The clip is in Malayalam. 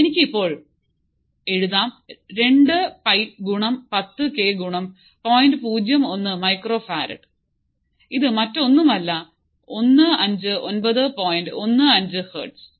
എനിക്ക് ഇപ്പോൾ എഴുതാം രണ്ടു പൈ ഗുണം പത്തു കെ ഗുണം പോയിന്റ് പൂജ്യം ഒന്ന് മൈക്രോ ഫാർഡ്ഇത് മറ്റു ഒന്നും അല്ല ഒന്ന് അഞ്ചു ഒൻപതു പോയിന്റ് ഒന്ന് അഞ്ചു ഹേർട്സ്